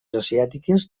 asiàtiques